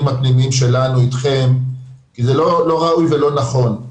הפנימיים שלנו אתכם כי זה לא ראוי ולא נכון.